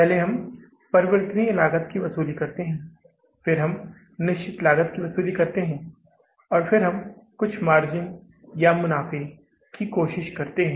पहले हम परिवर्तनीय लागत की वसूली करते हैं फिर हम निश्चित लागत की वसूली करते हैं और फिर हम कुछ मार्जिन या मुनाफ़े की कोशिश करते हैं